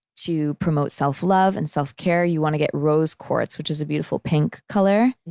to promote self-love and self-care, you want to get rose quartz, which is a beautiful pink color.